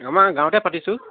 আমাৰ গাঁৱতে পাতিছোঁ